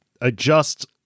adjust